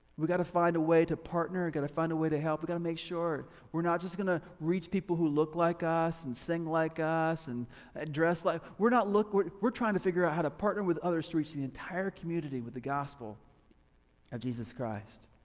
we gotta find a way to partner, we gotta find a way to help, we gotta make sure we're not just gonna reach people who look like us and sing like us and ah dress like we're not look, we're we're trying to figure out how to partner with others to reach the entire community with the gospel of jesus christ.